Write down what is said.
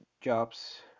jobs